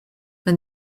when